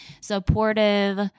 supportive